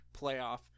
playoff